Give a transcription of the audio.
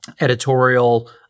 editorial